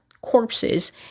corpses